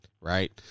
right